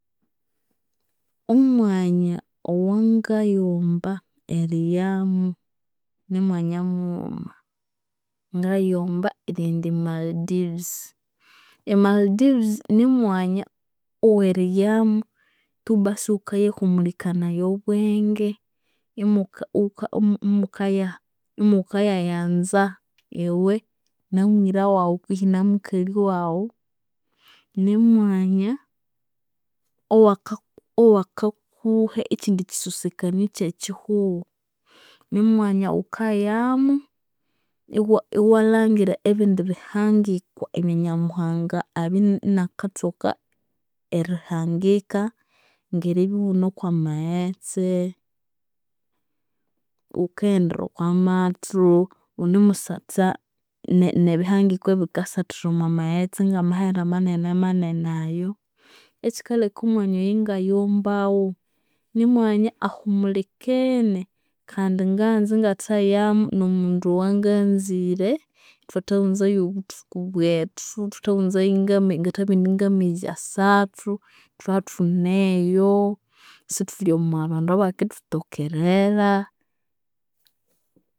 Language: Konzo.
Omwanya owangayighomba eriyamu nimwanya mughuma; ngayighomba erighenda emaldives. Emaldives nimwanya oweriyamu tu basi ighukayahumulikanaya obwenge, imuka imukayayanza iwe namwira waghu kwihi namukali waghu. Nimwanya owa- owakakuha ekyindi kyisosekanio ekyekyihugho. Nimwanya owaghukayamu iwa- iwalhangira ebindi bihangikwa ebya nyamuhanga abya inakathoka erihangika; ngeribya ighune okwamaghetse, ghukaghendera okwamathu, ghunemusatha sa ne- nebihangikwa ebikasathira omwamaghetse ngamahere amanenemanene ayu. Ekyikaleka omwanya oyu ingayighombaghu, nimwanya ahumulikene kandi nganza ingathayamu nomundu oyonganzire, ithwathaghunzayu obuthuku bwethu, ngathabugha indi ngamezi asathu ithwabya ithuneyu, isithuli omwabandu abakendithutokerera.